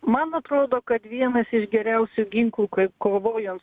man atrodo kad vienas iš geriausių ginklų kai kovojant